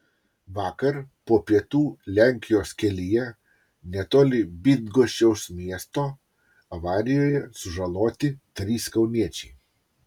vakar po pietų lenkijos kelyje netoli bydgoščiaus miesto avarijoje sužaloti trys kauniečiai